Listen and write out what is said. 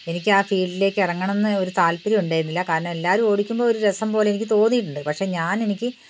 കാരണം എനിക്ക് ആ ഫീൽഡിലേക്ക് ഇറങ്ങണം എന്ന് ഒരു താല്പര്യം ഉണ്ടായിരുന്നില്ല കാരണം എല്ലാവരും ഓടിക്കുമ്പോൾ ഒരു രസംപോലെ എനിക്ക് തോന്നിയിട്ടുണ്ട് പക്ഷേ ഞാനെനിക്ക്